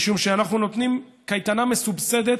משום שאנחנו נותנים קייטנה מסובסדת,